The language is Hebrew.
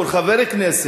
נבחר ציבור, חבר כנסת,